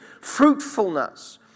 fruitfulness